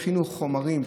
הכינו חומרים,